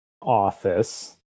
office